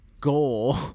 goal